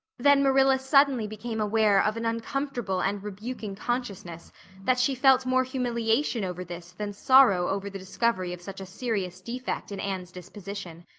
then marilla suddenly became aware of an uncomfortable and rebuking consciousness that she felt more humiliation over this than sorrow over the discovery of such a serious defect in anne's disposition.